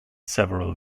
several